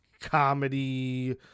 comedy